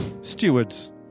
Stewards